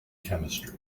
chemistry